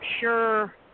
sure